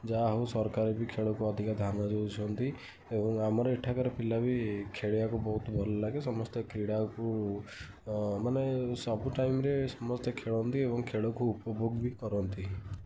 ଯାହା ହେଉ ସରକାରବି ଖେଳକୁ ଅଧିକ ଧ୍ୟାନ ଦେଉଛନ୍ତି ଆମର ଏଠାକାର ପିଲାବି ଖେଳିଆକୁ ବହୁତ ଭଲଲାଗେ ସମସ୍ତେ କ୍ରୀଡ଼ାକୁ ମାନେ ସବୁ ଟାଇମ୍ରେ ସମସ୍ତେ ଖେଳନ୍ତି ଏବଂ ଖେଳକୁ ଉପଭୋଗ ଵି କରନ୍ତି